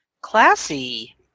classy